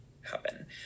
happen